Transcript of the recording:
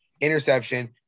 Interception